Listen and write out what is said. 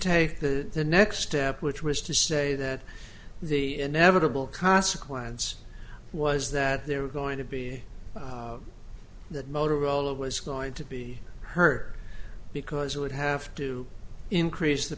take the next step which was to say that the inevitable consequence was that there were going to be that motorola was going to be hurt because it would have to increase the